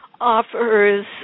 offers